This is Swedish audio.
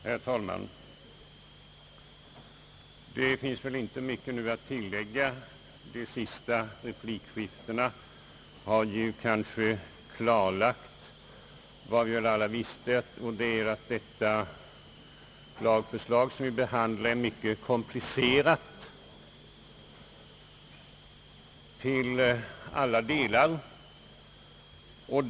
Herr talman! Det finns väl nu inte mycket att tillägga. De senaste replikskiftena har kanske klarlagt vad vi väl alla visste, nämligen att det lagförslag som vi behandlar till alla delar är mycket komplicerat.